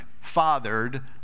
fathered